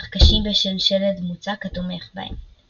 אך קשים בשל שלד מוצק התומך בהם.